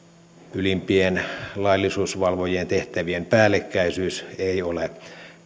ylimpien laillisuusvalvojien tehtävien päällekkäisyys ei ole